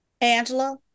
Angela